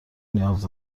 نیاز